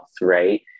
right